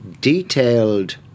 detailed